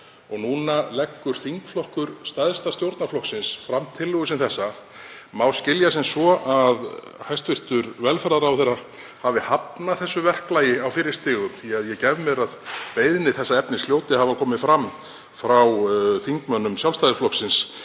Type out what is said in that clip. og núna leggur þingflokkur stærsta stjórnarflokksins fram tillögu sem þessa. Má skilja það sem svo að hæstv. velferðarráðherra hafi hafnað þessu verklagi á fyrri stigum? Ég gef mér að beiðni þess efnis hljóti að hafa komið fram frá þingmönnum Sjálfstæðisflokksins